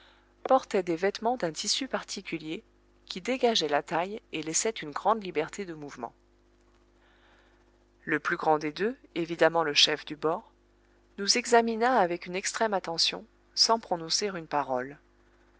portaient des vêtements d'un tissu particulier qui dégageaient la taille et laissaient une grande liberté de mouvements le plus grand des deux évidemment le chef du bord nous examina avec une extrême attention sans prononcer une parole